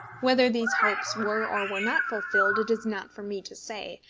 whether these hopes were or were not fulfilled it is not for me to say,